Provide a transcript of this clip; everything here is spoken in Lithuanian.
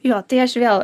jo tai aš vėl